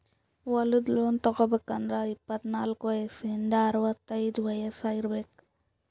ಹೊಲದ್ ಲೋನ್ ತಗೋಬೇಕ್ ಅಂದ್ರ ಇಪ್ಪತ್ನಾಲ್ಕ್ ವಯಸ್ಸಿಂದ್ ಅರವತೈದ್ ವಯಸ್ಸ್ ಇರ್ಬೆಕ್